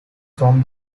from